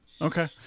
Okay